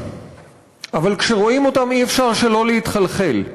אבל כשרואים אותן אי-אפשר שלא להתחלחל.